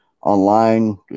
online